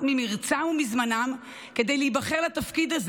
ממרצם ומזמנם כדי להיבחר לתפקיד הזה,